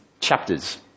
chapters